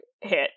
hit